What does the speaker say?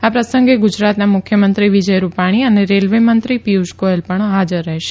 આ પ્રસંગે ગુજરાતના મુખ્યમંત્રી વિજય રૂપાણી અને રેલવેમંત્રી પિયુષ ગોયલ પણ હાજર રહેશે